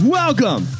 welcome